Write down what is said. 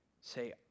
Say